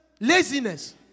Laziness